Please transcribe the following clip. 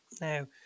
Now